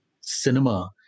cinema